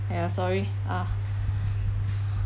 !aiyo! sorry ah